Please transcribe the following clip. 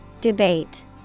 Debate